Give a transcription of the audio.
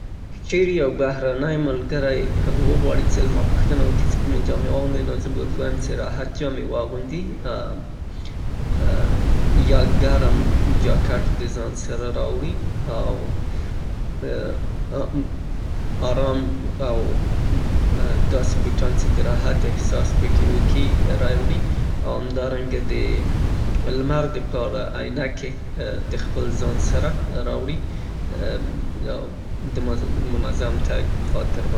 که چیرې زما یو بهرنی ملګری وغواړي چې راتلونکې اونۍ کې له ماسره لیدنه وکړي، زه به د ګرمې هوا د پاره د داسې یو لباس غوښتنه ترېنه وکړم څې له ځان سره یې راوړي که هغه شرتونه یې چون هوا ګرمه ده، سنډلې وي او داسې لباس یي چې هغه نازک او سپک وي.